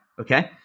Okay